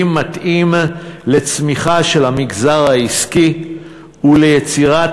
מתאים לצמיחה של המגזר העסקי וליצירת